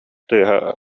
тыаһа